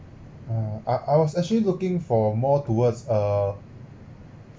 hmm I I was actually looking for more towards uh